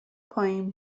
پایین